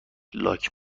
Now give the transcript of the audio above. لاک